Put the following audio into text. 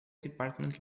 department